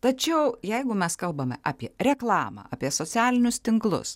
tačiau jeigu mes kalbame apie reklamą apie socialinius tinklus